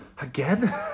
again